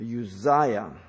Uzziah